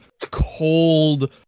cold